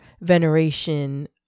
veneration